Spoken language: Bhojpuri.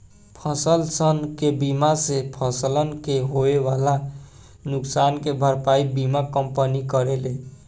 फसलसन के बीमा से फसलन के होए वाला नुकसान के भरपाई बीमा कंपनी करेले